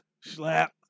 Slap